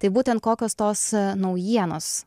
taip būtent kokios tos naujienos